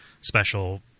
special